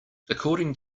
according